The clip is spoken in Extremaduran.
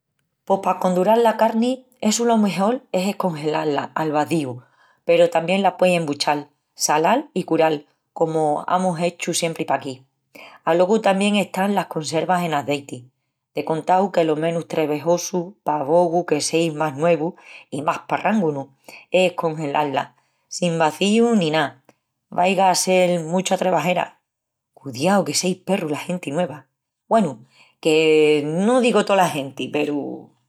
Pos pa condural la carni, essu lo mejol es encongelá-la al vazíu, peru tamién la pueis embuchal, salal i cural comu amus hechu siempri paquí. Alogu tamién están las conservas en azeiti. De contau que lo menus trebajosu pa vogu que seis más nuevus i más perránganus es encongelá-la, sin vazíu ni ná, vaiga a sel mucha trebajera. Cudiau que seis perrus la genti nueva! Güenu, que no digu tola genti peru...